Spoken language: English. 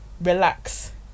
relax